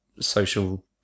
social